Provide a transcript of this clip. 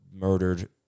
murdered